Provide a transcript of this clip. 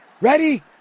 Ready